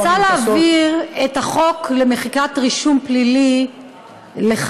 אני רוצה להסביר את החוק למחיקת רישום פלילי לחיילים